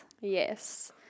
Yes